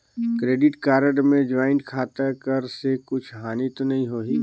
Credit card मे joint खाता कर से कुछ हानि तो नइ होही?